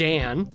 Dan